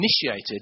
initiated